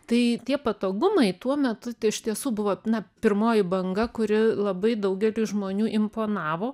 tai tie patogumai tuo metu iš tiesų buvo na pirmoji banga kuri labai daugeliui žmonių imponavo